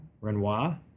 Renoir